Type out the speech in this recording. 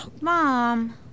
Mom